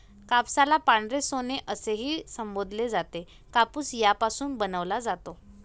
कापसाला पांढरे सोने असेही संबोधले जाते, कापूस यापासून बनवला जातो